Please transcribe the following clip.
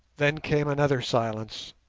then came another silence,